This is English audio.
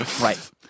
Right